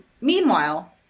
meanwhile